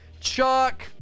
Chuck